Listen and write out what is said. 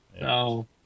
No